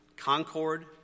Concord